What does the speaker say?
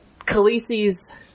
Khaleesi's